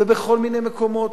ובכל מיני מקומות,